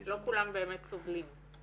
לא כולם באמת סובלים.